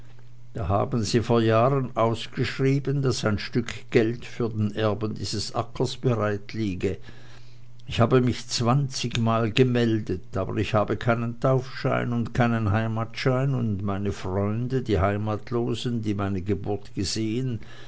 da haben sie vor jahren ausgeschrieben daß ein stück geld für den erben dieses ackers bereitliege ich habe mich zwanzigmal gemeldet aber ich habe keinen taufschein und keinen heimatschein und meine freunde die heimatlosen die meine geburt gesehen